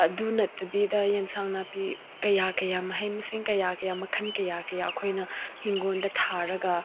ꯑꯗꯨ ꯅꯠꯇꯕꯤꯗ ꯑꯦꯟꯁꯥꯡ ꯅꯥꯄꯤ ꯀꯌꯥ ꯀꯌꯥ ꯃꯍꯩ ꯃꯁꯤꯡ ꯀꯌꯥ ꯀꯌꯥ ꯃꯈꯟ ꯀꯌꯥ ꯀꯌꯥ ꯑꯩꯈꯣꯏꯅ ꯏꯪꯈꯣꯜꯗ ꯊꯥꯔꯒ